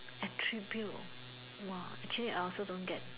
attribute !wah! actually I also don't get